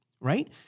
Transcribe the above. right